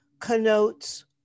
connotes